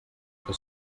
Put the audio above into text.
que